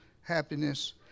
happiness